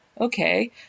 okay